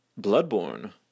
Bloodborne